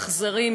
אכזרי,